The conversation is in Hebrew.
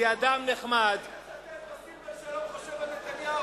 "היא אדם נחמד" אולי תצטט מה סילבן שלום חושב על נתניהו.